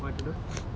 what to do